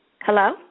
Hello